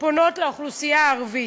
פונות לאוכלוסייה הערבית.